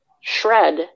shred